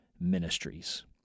ministries